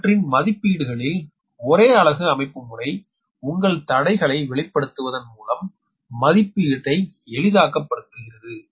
அவற்றின் மதிப்பீடுகளில் ஒரே அலகு அமைப்புமுறை உங்கள் தடைகளை வெளிப்படுத்துவதன் மூலம் மதிப்பீடு எளிதாக்கப்படுகிறது